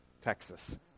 Texas